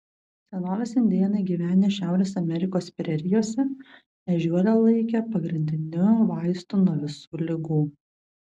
senovės indėnai gyvenę šiaurės amerikos prerijose ežiuolę laikė pagrindiniu vaistu nuo visų ligų